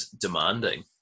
demanding